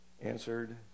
answered